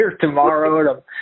tomorrow